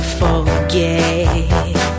forget